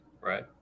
Right